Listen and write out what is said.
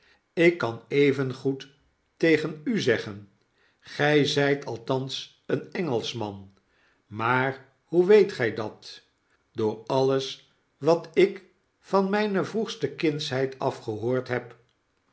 ik kan evengoed tegen u zeggen gflzflt althans een engelschman maar hoe weet gij dat door alles wat ik van mijne vroegste kindsheid af gehoord heb